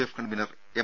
F convenor M